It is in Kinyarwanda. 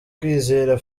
kwizera